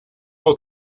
will